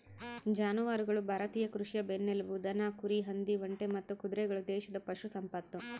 ಜಾನುವಾರುಗಳು ಭಾರತೀಯ ಕೃಷಿಯ ಬೆನ್ನೆಲುಬು ದನ ಕುರಿ ಹಂದಿ ಒಂಟೆ ಮತ್ತು ಕುದುರೆಗಳು ದೇಶದ ಪಶು ಸಂಪತ್ತು